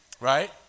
Right